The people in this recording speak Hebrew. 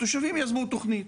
התושבים יזמו תוכנית.